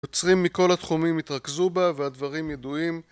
יוצרים מכל התחומים התרכזו בה והדברים ידועים